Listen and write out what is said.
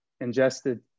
ingested